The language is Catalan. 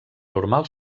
normal